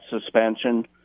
suspension